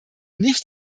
nicht